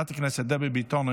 חברת הכנסת דבי ביטון,